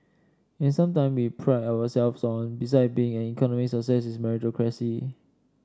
and sometime we pride ourselves on besides being an economic success is meritocracy